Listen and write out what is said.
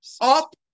Up